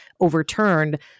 overturned